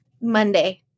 Monday